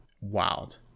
wild